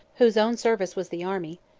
whose own service was the army,